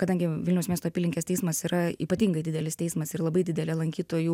kadangi vilniaus miesto apylinkės teismas yra ypatingai didelis teismas ir labai didelė lankytojų